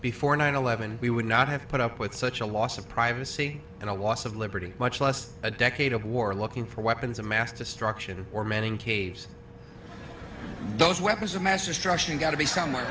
before nine eleven we would not have put up with such a loss of privacy and a wast of liberty much less a decade of war looking for weapons of mass destruction or manning caves those weapons of mass destruction got to be somewhere